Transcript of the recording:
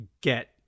get